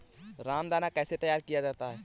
रामदाना कैसे तैयार किया जाता है?